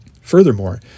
Furthermore